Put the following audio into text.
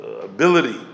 ability